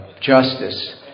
justice